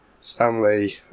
Stanley